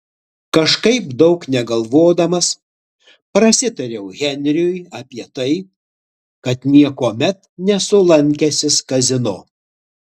kažkaip daug negalvodamas prasitariau henriui apie tai kad niekuomet nesu lankęsis kazino